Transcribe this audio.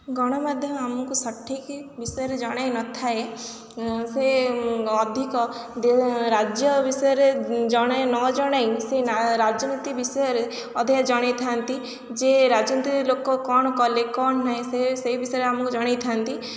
ଗଣମାଧ୍ୟମ ଆମକୁ ସଠିକ୍ ବିଷୟରେ ଜଣାଇ ନଥାଏ ସେ ଅଧିକ ରାଜ୍ୟ ବିଷୟରେ ଜଣାଇ ନ ଜଣାଇ ସେ ରାଜନୀତି ବିଷୟରେ ଅଧିକା ଜଣାଇଥାନ୍ତି ଯେ ରାଜନୀତି ଲୋକ କ'ଣ କଲେ କ'ଣ ନାହିଁ ସେ ସେଇ ବିଷୟରେ ଆମକୁ ଜଣାଇଥାନ୍ତି